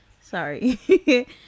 Sorry